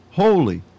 holy